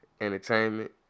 entertainment